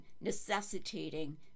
necessitating